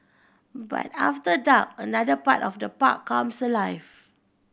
but after dark another part of the park comes alive